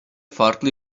farklı